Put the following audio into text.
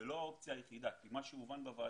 זאת לא האופציה היחידה כי מה שהובן בוועדה,